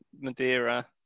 Madeira